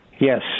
Yes